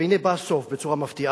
והנה בא הסוף בצורה מפתיעה.